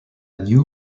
new